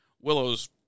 Willow's